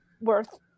worth